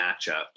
matchups